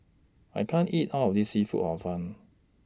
I can't eat All of This Seafood Hor Fun